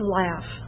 laugh